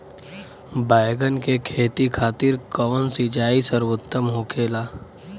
बैगन के खेती खातिर कवन सिचाई सर्वोतम होखेला?